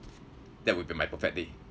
that would be my perfect day